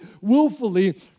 willfully